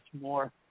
more